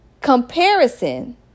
Comparison